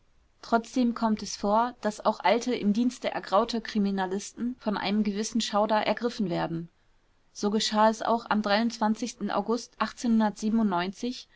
trotzdem kommt es vor daß auch alte im dienste ergraute kriminalisten von einem gewissen schauder ergriffen werden so geschah es auch am august